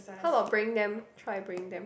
how about bringing them try to bring them